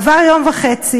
עברו יום וחצי,